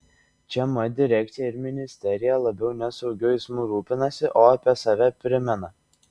čia mat direkcija ir ministerija labiau ne saugiu eismu rūpinasi o apie save primena